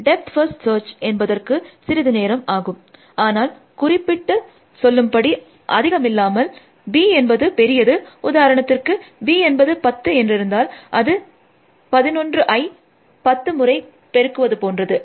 depth first search என்பதற்கு சிறிது நேரம் ஆகும் ஆனால் குறிப்பிட்டு சொல்லும்படி அதிகமில்லாமல் b என்பது பெரியது உதாரணத்திற்கு b என்பது 10 என்றிருந்தால் அது 11ஐ 10 முறை பெருக்குவது போன்றது